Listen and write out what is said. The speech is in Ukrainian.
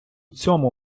цьому